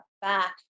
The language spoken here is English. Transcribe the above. back